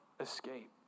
escape